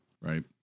right